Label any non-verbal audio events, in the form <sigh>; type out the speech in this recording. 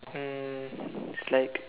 um <breath> it's like